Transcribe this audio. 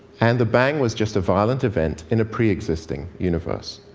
and the bang was just a violent event in a pre-existing universe.